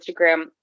Instagram